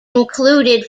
included